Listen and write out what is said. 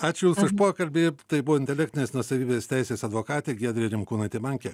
ačiū jums už pokalbį tai buvo intelektinės nuosavybės teisės advokatė giedrė rimkūnaitė manke